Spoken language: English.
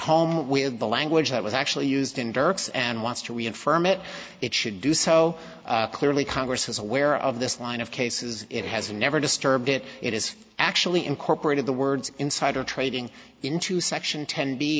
home with the language that was actually used in dirk's and wants to reaffirm it it should do so clearly congress is aware of this line of cases it has never disturbed it it is actually incorporated the words insider trading into section ten